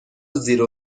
زیر